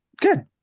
Good